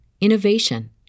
innovation